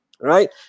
right